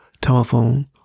telephone